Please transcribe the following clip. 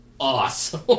Awesome